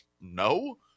no